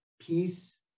peace